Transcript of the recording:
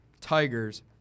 Tigers